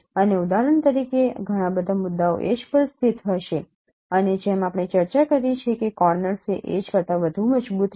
અને ઉદાહરણ તરીકે ઘણા મુખ્ય મુદ્દાઓ એડ્જ પર સ્થિત હશે અને જેમ આપણે ચર્ચા કરી છે કે કોર્નર્સ એ એડ્જ કરતાં વધુ મજબૂત છે